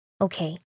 Okay